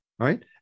Right